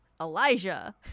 elijah